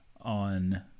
on